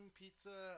pizza